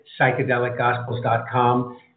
psychedelicgospels.com